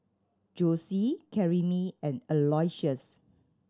Jossie Karyme and Aloysius